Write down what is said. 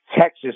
Texas